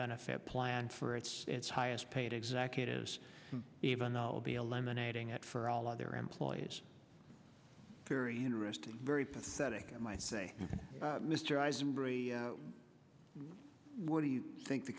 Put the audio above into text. benefit plan for its its highest paid executives even though it will be eliminating it for all of their employees very interesting very pathetic i might say mr eisenberg what do you think the